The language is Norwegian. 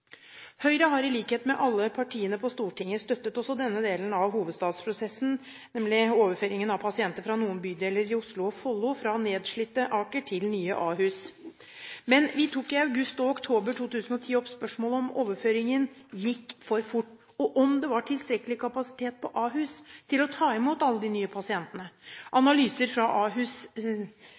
Høyre har i likhet med alle partiene på Stortinget støttet også denne delen av hovedstadsprosessen, nemlig overføringen av pasienter fra noen bydeler i Oslo og Follo fra nedslitte Aker til nye Ahus. Men vi tok i august og oktober 2010 opp spørsmål om overføringen gikk for fort, og om det var tilstrekkelig kapasitet på Ahus til å ta imot alle de nye pasientene. Analyser fra Ahus